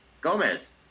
Gomez